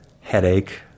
headache